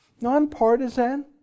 Nonpartisan